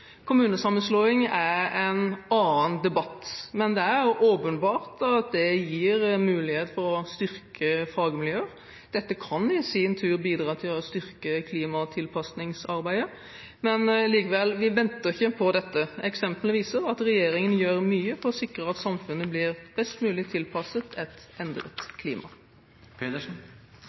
Kommunesammenslåing er en annen debatt, men det er åpenbart at det gir mulighet for å styrke fagmiljøer. Dette kan i sin tur bidra til å styrke klimatilpassingsarbeidet, men vi venter likevel ikke på dette. Eksemplene viser at regjeringen gjør mye for å sikre at samfunnet blir best mulig tilpasset et